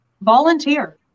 volunteer